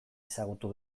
ezagutu